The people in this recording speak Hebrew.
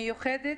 מיוחדת,